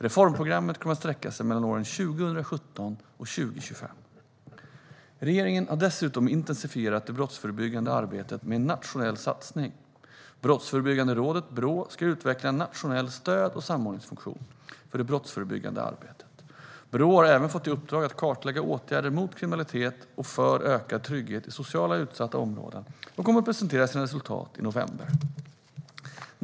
Reformprogrammet kommer att sträcka sig mellan åren 2017 och 2025. Regeringen har dessutom intensifierat det brottsförebyggande arbetet med en nationell satsning. Brottsförebyggande rådet ska utveckla en nationell stöd och samordningsfunktion för det brottsförebyggande arbetet. Brå har även fått i uppdrag att kartlägga åtgärder mot kriminalitet och för ökad trygghet i socialt utsatta områden och kommer att presentera sina resultat i november.